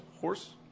horse